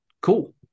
Cool